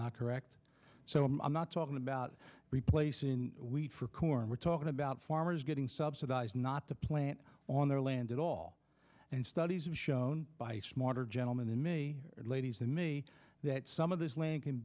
not correct so i'm not talking about replacing wheat for corn we're talking about farmers getting subsidized not to plant on their land at all and studies have shown by smarter gentlemen than me ladies and me that some of this land can